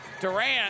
Durant